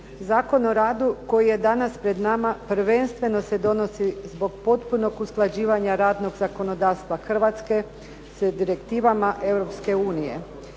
Zakon o radu koji je danas pred nama prvenstveno se donosi zbog potpunog usklađivanja radnog zakonodavstva Hrvatske sa direktivama